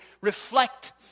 reflect